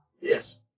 Yes